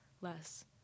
less